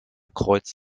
kreuz